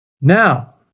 Now